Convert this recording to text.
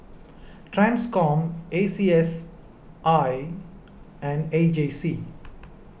Transcom A C S I and A J C